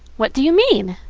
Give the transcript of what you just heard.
what do you mean?